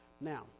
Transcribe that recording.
Now